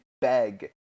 beg